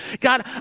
God